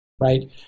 right